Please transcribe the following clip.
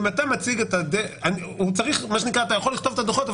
אתה יכול לכתוב את הדוחות,